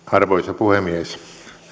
arvoisa puhemies